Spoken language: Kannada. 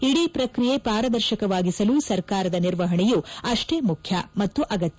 ಇಡೀ ಪ್ರಕ್ರಿಯೆ ಪಾರದರ್ಶಕವಾಗಿಸಲು ಸರ್ಕಾರದ ನಿರ್ವಹಣೆಯು ಅಷ್ವೇ ಮುಖ್ಯ ಮತ್ತು ಅಗತ್ಯ